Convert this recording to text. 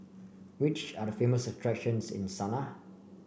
which are the famous attractions in Sanaa